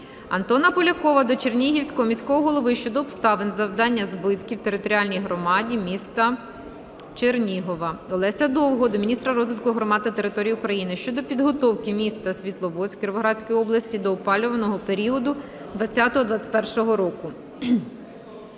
Антона Полякова до Чернігівського міського голови щодо обставин завдання збитків територіальній громаді міста Чернігова. Олеся Довгого до міністра розвитку громад та територій України щодо підготовки міста Світловодськ Кіровоградської області до опалювального періоду 2020/21 року.